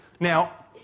Now